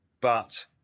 but-